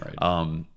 Right